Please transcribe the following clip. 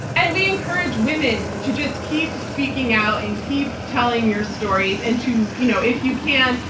and we encourage women to just keep speaking out and keep telling your stories and to, you know, if you can,